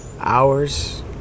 hours